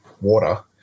water